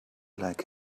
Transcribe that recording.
like